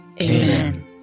Amen